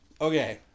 Okay